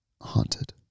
Haunted